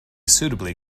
suitably